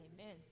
Amen